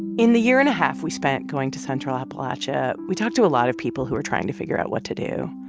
in the year and a half we spent going to central appalachia, we talked to a lot of people who are trying to figure out what to do.